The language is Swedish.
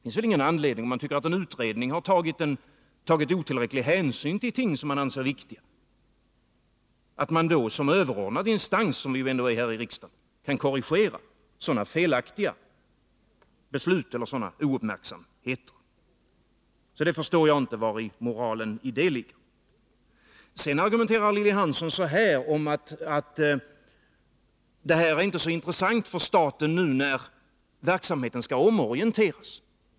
Om man tycker att en utredning tagit otillräcklig hänsyn till ting som man anser är viktiga, är det väl ingenting som hindrar att man då som överordnad instans, som vi ju ändå är här i riksdagen, korrigerar sådana felaktiga beslut eller ouppmärksamheter. Jag förstår alltså inte vari moralen ligger i det avseendet. Sedan argumenterar Lilly Hansson ungefär så här, att detta inte är så intressant för staten nu när verksamheten skall omorienteras.